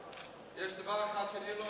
יש דבר אחד שאני לא,